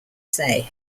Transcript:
say